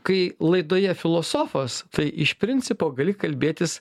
kai laidoje filosofas tai iš principo gali kalbėtis